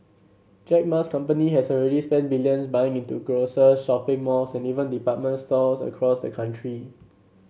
Jack Ma's company has already spent billions buying into grocers shopping malls and even department stores across the country